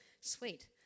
Sweet